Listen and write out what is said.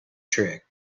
trick